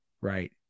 Right